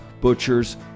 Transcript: butchers